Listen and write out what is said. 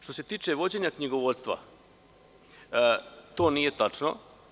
Što se tiče vođenja knjigovodstva, to nije tačno.